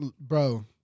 Bro